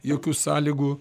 jokių sąlygų